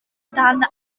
dan